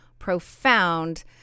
profound